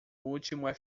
último